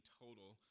total